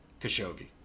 Khashoggi